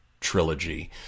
trilogy